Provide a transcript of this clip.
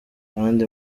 kandi